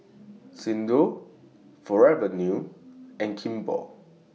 Xndo Forever New and Kimball